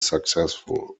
successful